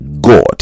God